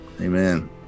Amen